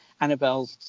annabelle